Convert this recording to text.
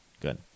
good